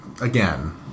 Again